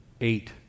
Eight